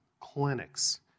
clinics